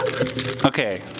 Okay